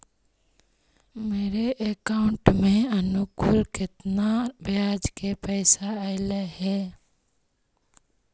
मेरे अकाउंट में अनुकुल केतना बियाज के पैसा अलैयहे?